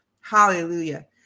Hallelujah